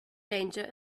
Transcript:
danger